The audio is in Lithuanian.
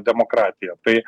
demokratiją tai